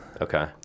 Okay